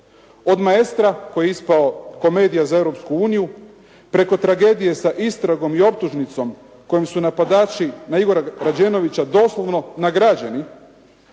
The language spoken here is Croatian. od “Maestra“ koji je ispao komedija za Europsku uniju, preko tragedije sa istragom i optužnicom kojom su napadači na Igora Rađenovića doslovno nagrađeni